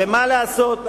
ומה לעשות,